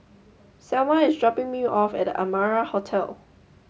Selma is dropping me off at The Amara Hotel